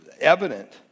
evident